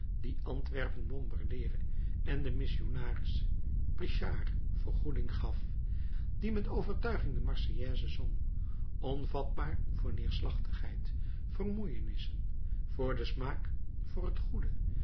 die antwerpen bombardeerde en den missionaris pritchard vergoeding gaf die met overtuiging de marseillaise zong onvatbaar voor neerslachtigheid vermoeienissen voor den smaak voor het goede